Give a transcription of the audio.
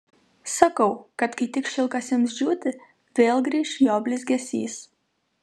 sakau kad kai tik šilkas ims džiūti vėl grįš jo blizgesys